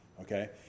okay